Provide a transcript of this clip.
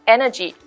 Energy